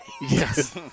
Yes